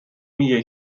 میگه